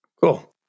Cool